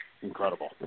incredible